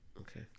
Okay